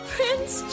Prince